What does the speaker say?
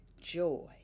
joy